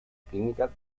clínica